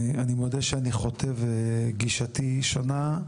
אני מודה שאני חוטא וגישתי שונה,